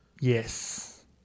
yes